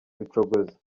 rucogoza